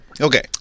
okay